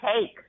take